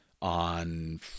On